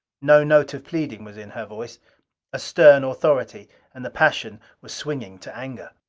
no note of pleading was in her voice a stern authority, and the passion was swinging to anger.